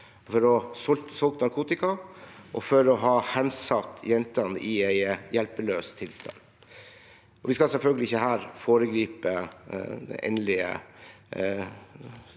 for å ha solgt narkotika og for å ha hensatt jentene i hjelpeløs tilstand. Vi skal selvfølgelig ikke her foregripe det endelige